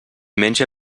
menja